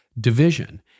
division